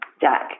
Jack